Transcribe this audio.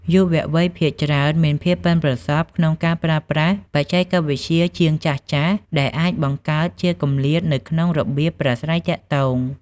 យុវវ័យភាគច្រើនមានភាពប៉ិនប្រសប់ក្នុងការប្រើប្រាស់បច្ចេកវិទ្យាជាងចាស់ៗ ដែលអាចបង្កើតជាគម្លាតនៅក្នុងរបៀបប្រាស្រ័យទាក់ទង។